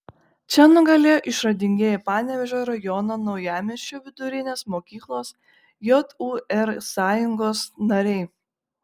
čia nugalėjo išradingieji panevėžio rajono naujamiesčio vidurinės mokyklos jūr sąjungos nariai